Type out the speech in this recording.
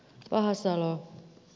vahasalo